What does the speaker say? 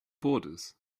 borders